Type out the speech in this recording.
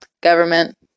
government